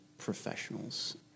professionals